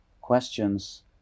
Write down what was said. questions